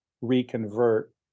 reconvert